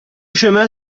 chemin